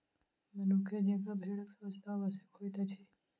मनुखे जेंका भेड़क स्वच्छता आवश्यक होइत अछि